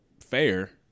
fair